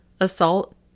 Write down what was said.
assault